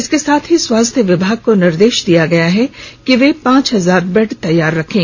इसके साथ ही स्वास्थ्य विभाग को निर्देश दिया गया है कि वो पांच हजार बेड तैयार करें